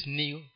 new